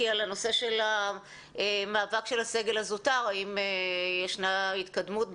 על נושא המאבק של הסגל הזוטר אם ישנה התקדמות בנושא.